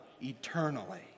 eternally